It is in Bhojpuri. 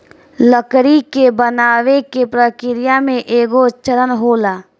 लकड़ी के बनावे के प्रक्रिया में एगो चरण होला